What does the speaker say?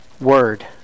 word